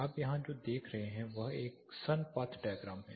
आप यहां जो देख रहे हैं वह एक सन पाथ डायग्राम है